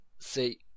See